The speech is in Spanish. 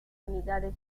unidades